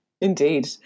Indeed